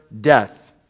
death